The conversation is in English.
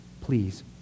Please